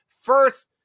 first